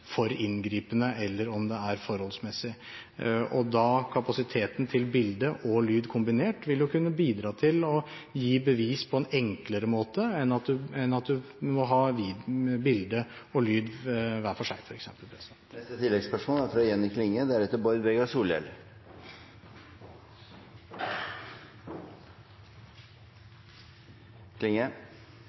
for inngripende, eller om det er forholdsmessig. Kapasiteten til bilde og lyd kombinert vil kunne bidra til å gi bevis på en enklere måte enn om man må ha bilde og lyd hver for seg, f.eks. Jenny Klinge – til oppfølgingsspørsmål. Hovudspørsmålet frå Venstre gjeld personvernet, og det er